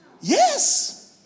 Yes